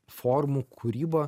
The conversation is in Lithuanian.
formų kūrybą